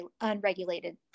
unregulated